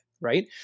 right